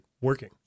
working